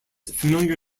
familiar